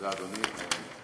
תודה, אדוני.